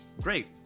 great